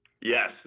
Yes